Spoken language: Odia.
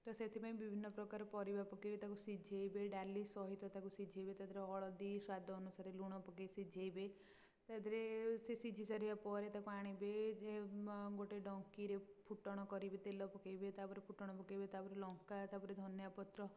ତ ସେଥିପାଇଁ ବିଭିନ୍ନ ପ୍ରକାର ପରିବା ପକେଇ ତାକୁ ସିଝେଇବେ ଡାଲି ସହିତ ତାକୁ ସିଝେଇବେ ତାଧିଏରେ ହଳଦୀ ସ୍ୱାଦ ଅନୁସାରେ ଲୁଣ ପକେଇ ସିଝେଇବେ ତାଧିଏରେ ସେ ସିଝି ସାରିବା ପରେ ତାକୁ ଆଣିବେ ଗୋଟେ ଡଙ୍କିରେ ଫୁଟଣ କରିବେ ତେଲ ପକେଇବେ ତା'ପରେ ଫୁଟଣ ପକେଇବେ ତା'ପରେ ଲଙ୍କା ତା'ପରେ ଧନିଆ ପତ୍ର